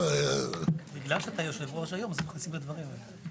בגלל שאתה יושב-ראש היום מכניסים את הדברים האלה.